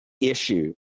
issue